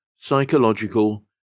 psychological